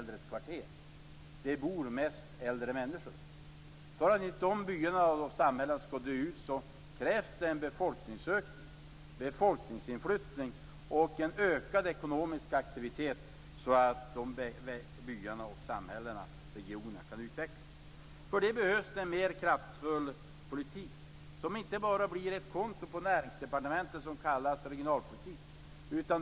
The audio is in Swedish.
Det bor mest äldre människor där. För att inte dessa byar och samhället skall dö ut krävs det en befolkningsökning, befolkningsinflyttning och en ökad ekonomisk aktivitet så att dessa byar, samhällen och regioner kan utvecklas. För det behövs det en mer kraftfull politik som inte bara blir ett konto på Näringsdepartementet som kallas Regionalpolitik.